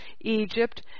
Egypt